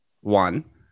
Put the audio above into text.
one